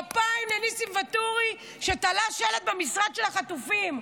כפיים לניסים ואטורי שתלה במשרד שלט של החטופים.